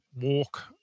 walk